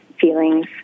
feelings